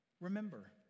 remember